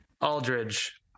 Aldridge